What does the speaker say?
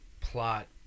plot